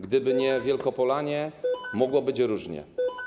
Gdyby nie Wielkopolanie, mogło być różnie.